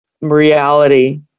reality